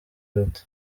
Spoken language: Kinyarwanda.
loti